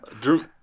Drew –